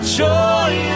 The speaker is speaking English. joy